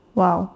!wow!